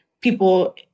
people